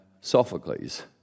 Sophocles